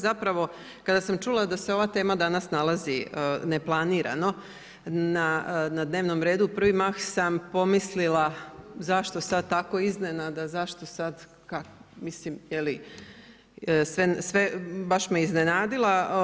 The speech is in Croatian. Zapravo, kada sam čula da se ova tema danas nalazi neplanirano na dnevnom redu, u prvi mah sam pomislila zašto sad tako iznenada, zašto sad, mislim, baš me iznenadilo.